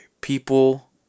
people